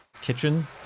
kitchen